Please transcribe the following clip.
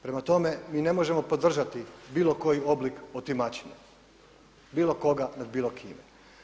Prema tome, mi ne možemo podržati bilo koji oblik otimačine, bilo koga nad bilo kime.